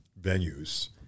venues